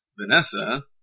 Vanessa